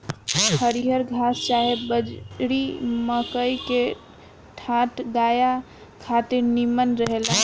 हरिहर घास चाहे बजड़ी, मकई के डांठ गाया खातिर निमन रहेला